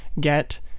get